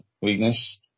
weakness